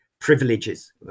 privileges